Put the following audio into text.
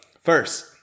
first